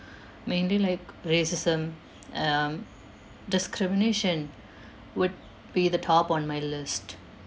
mainly like racism um discrimination would be the top on my list